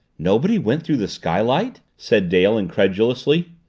nobody went through the skylight? said dale incredulously.